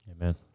Amen